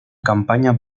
campaña